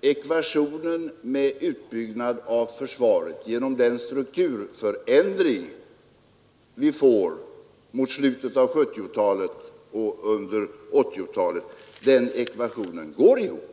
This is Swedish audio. ekvationen med en utbyggnad av försvaret genom den strukturförändring vi får mot slutet av 1970-talet och under 1980-talet går ihop.